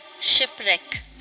Shipwreck